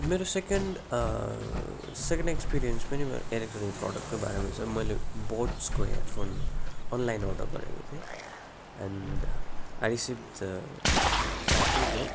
मेरो second second experience पनि मेरो इलेक्ट्रोनिक प्रडक्टकै बारेमा छ मैले बोटको हेड फोन अनलाइन अर्डर गरेको थिएँ and I received the package